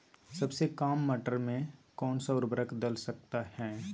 सबसे काम मटर में कौन सा ऊर्वरक दल सकते हैं?